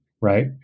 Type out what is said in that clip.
right